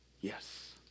Yes